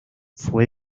fue